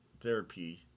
therapy